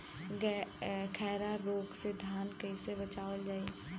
खैरा रोग से धान कईसे बचावल जाई?